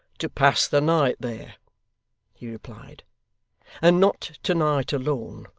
to pass the night there he replied and not to-night alone,